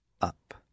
up